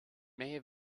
may